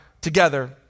together